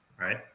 right